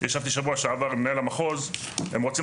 ישבתי